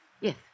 yes